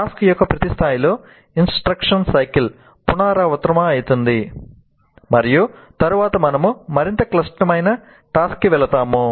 task యొక్క ప్రతి స్థాయిలో ఇంస్ట్రక్షన్ సైకిల్ పునరావృతమవుతుంది మరియు తరువాత మనము మరింత క్లిష్టమైన టాస్క్ కి వెళ్తాము